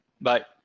bye